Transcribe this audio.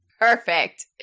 Perfect